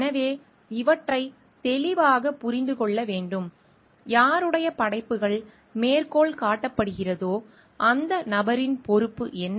எனவே இவற்றைத் தெளிவாகப் புரிந்து கொள்ள வேண்டும் யாருடைய படைப்புகள் மேற்கோள் காட்டப்படுகிறதோ அந்த நபரின் பொறுப்பு என்ன